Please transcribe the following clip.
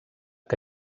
que